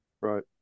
Right